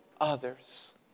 others